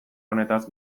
honetaz